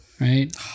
right